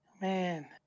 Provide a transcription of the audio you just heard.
Man